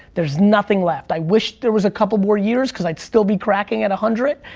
there's nothing left. i wish there was a couple more years cause i'd still be cracking it a hundred,